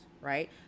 right